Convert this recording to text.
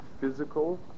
physical